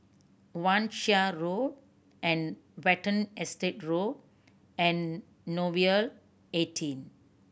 Wan Shih Road and Watten Estate Road and Nouvel eighteen